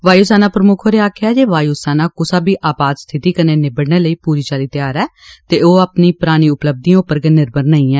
वायु सेना प्रमुक्ख होरें आखेआ ऐ जे वायु सेना कुसा बी आपात स्थिति कन्नै निब्बड़ने लेई पूरी चाल्ली तैयार ऐ ते ओह् अपनी परानी उपलब्धिएं उप्पर गै निर्मर नेईं ऐ